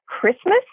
Christmas